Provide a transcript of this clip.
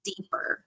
deeper